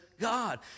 god